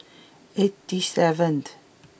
eighty seventh